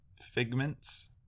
figments